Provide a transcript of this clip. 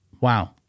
Wow